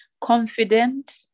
confident